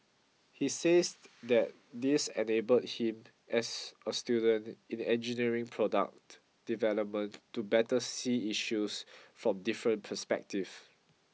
he says that this enabled him as a student in engineering product development to better see issues from different perspective